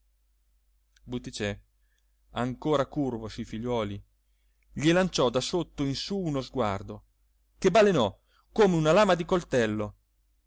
me butticè ancora curvo sui figliuoli gli lanciò da sotto in su uno sguardo che balenò come una lama di coltello